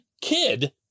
kid